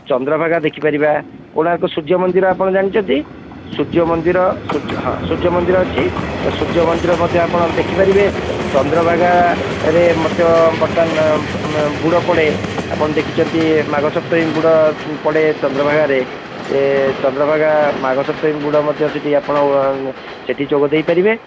ଚନ୍ଦ୍ରଭାଗା ଦେଖିପାରିବା କୋଣାର୍କ ସୂର୍ଯ୍ୟ ମନ୍ଦିର ଆପଣ ଜାଣିଛନ୍ତି ସୂର୍ଯ୍ୟ ମନ୍ଦିର ସୂର୍ଯ୍ୟ ହଁ ସୂର୍ଯ୍ୟ ମନ୍ଦିର ଅଛି ସୂର୍ଯ୍ୟ ମନ୍ଦିର ମଧ୍ୟ ଆପଣ ଦେଖି ପାରିବେ ଚନ୍ଦ୍ରଭାଗାରେ ମଧ୍ୟ ବର୍ତ୍ତମାନ ବୁଡ଼ ପଡ଼େ ଆପଣ ଦେଖିଛନ୍ତି ମାଘ ସପ୍ତମୀ ବୁଡ଼ ପଡ଼େ ଚନ୍ଦ୍ରଭାଗାରେ ଯେ ଚନ୍ଦ୍ରଭାଗା ମାଘ ସପ୍ତମୀ ବୁଡ଼ ମଧ୍ୟ ସେଠି ଆପଣ ସେଠି ଯୋଗ ଦେଇ ପାରିବେ